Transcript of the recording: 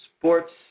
sports